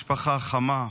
משפחה חמה,